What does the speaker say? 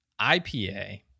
ipa